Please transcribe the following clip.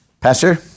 Pastor